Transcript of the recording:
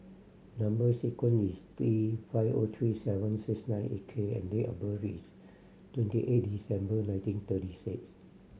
number sequence is T five O three seven six nine eight K and date of birth is twenty eight December nineteen thirty six